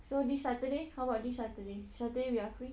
so this saturday how about this saturday saturday we are free